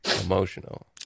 emotional